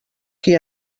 qui